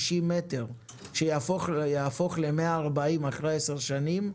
60 מטר שיהפכו ל-140 מטר אחרי עשר שנים,